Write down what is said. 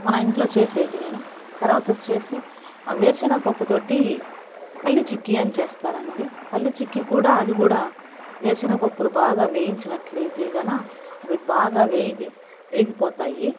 మన ఇంట్లో చేసేటివేను తర్వాత వచ్చేసి వేరుశెనగ పప్పు తోటి పల్లీ చిక్కీ అని చేస్తారండి పల్లీ చిక్కీ కూడా అది కూడా వేరుశెనగ పప్పులు బాగా వేయించనట్లయితే గాన అవి బాగా వేగి వేగిపోతాయి